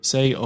Say